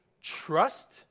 trust